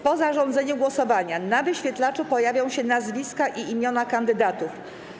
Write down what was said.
Po zarządzeniu głosowania na wyświetlaczu pojawią się nazwiska i imiona kandydatów.